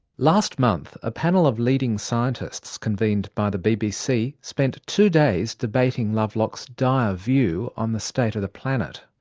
last month, a panel of leading scientists convened by the bbc spent two days debating lovelock's dire view on the state of the planet.